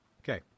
Okay